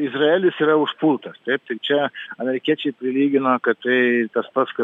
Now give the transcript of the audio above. izraelis yra užpultas taip tai čia amerikiečiai prilygina kad tai tas pats kas